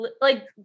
like-